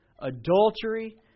adultery